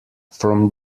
from